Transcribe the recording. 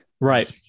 right